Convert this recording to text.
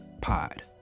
Pod